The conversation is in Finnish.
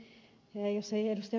jos ei ed